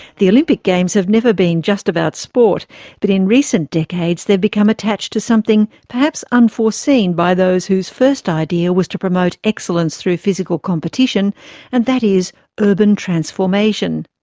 the olympic games have never been just about sport but in recent decades they've become attached to something perhaps unforeseen by those whose first idea was to promote excellence through physical competition and that is urban transformation.